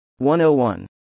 101